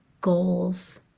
goals